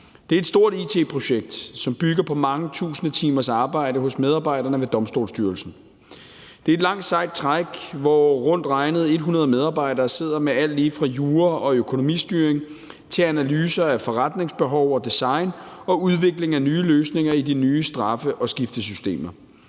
Det er et stort it-projekt, som bygger på mange tusinde timers arbejde udført af medarbejderne ved Domstolsstyrelsen. Det er et langt, sejt træk, hvor rundt regnet 100 medarbejdere sidder med alt lige fra jura og økonomistyring til analyser af forretningsbehov og design og udvikling af nye løsninger i de nye straffe- og skiftesystemer.